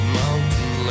mountain